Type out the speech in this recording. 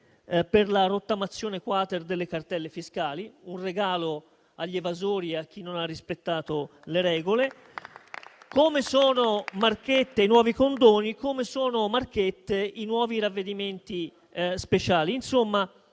per la rottamazione *quater* delle cartelle fiscali: un regalo agli evasori e a chi non ha rispettato le regole. Come sono marchette i nuovi condoni e i nuovi ravvedimenti speciali.